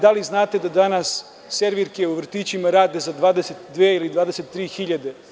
Da li znate da danas servirke u vrtićima rade za 22 ili 23.000?